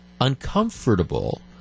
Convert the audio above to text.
uncomfortable